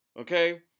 okay